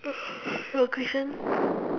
you got question